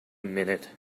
minute